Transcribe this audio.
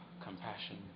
compassion